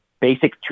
basic